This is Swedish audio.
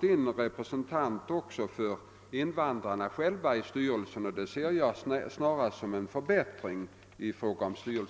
tillförts en representant för invandrarna själva, vilket jag ser som en